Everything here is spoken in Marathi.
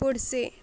पुढचे